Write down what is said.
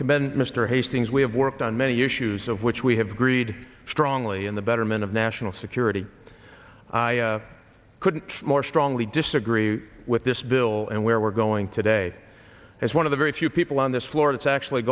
commend mr hastings we have worked on many issues of which we have greed strongly in the betterment of national security couldn't more strongly disagree with this bill and where we're going today as one of the very few people on this floor that's actually